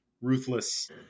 ruthless